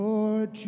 Lord